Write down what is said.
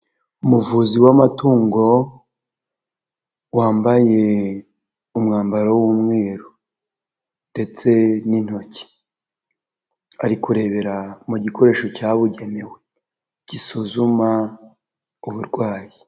Umuvuzi w’amatungo wambaye umwambaro w’umweru, ndetse n’intoki ari kurebera mu gikoresho cyabugenewe gisuzuma uburwayi.